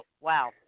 Wow